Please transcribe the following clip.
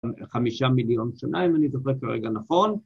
‫חמישה מיליון שנה, אם ‫אני זוכר כרגע נכון.